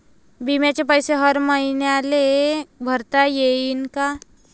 बिम्याचे पैसे मले हर मईन्याले भरता येईन का?